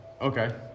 Okay